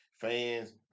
fans